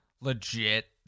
Legit